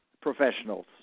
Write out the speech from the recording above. professionals